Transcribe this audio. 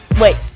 Wait